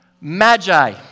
magi